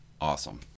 Awesome